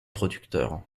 producteur